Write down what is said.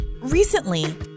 Recently